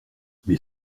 mais